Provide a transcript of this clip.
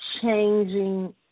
changing